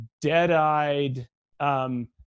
dead-eyed